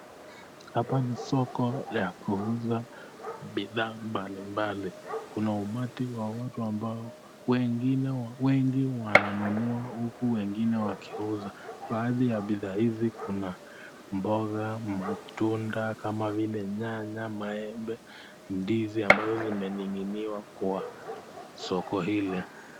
Hapa ni soko la kuuza bidhaa mbalimbali, kuna umati wa watu ambao wengine wengi wananunua huku wengine wakiuza, baadhi ya bidhaa hizi kuna mboga, matunda kama vile nyanya, maembe, ndizi ambazo zimening'iniwa kwa soko ile.